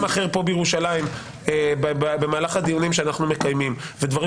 אחר כאן בירושלים במהל הדיונים שאנחנו מקיימים ודברים